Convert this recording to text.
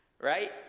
right